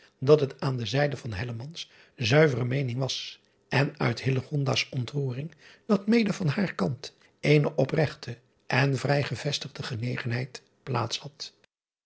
dat het van de zijde van zuivere meening was en uit s ontroering dat mede van haar kant eene opregte en vrij gevestigde genegenheid plaats had